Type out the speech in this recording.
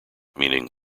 meaning